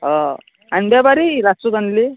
অ আনিব পাৰি লাষ্টত আনিলে